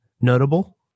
notable